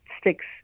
sticks